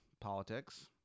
politics